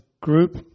group